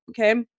okay